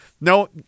No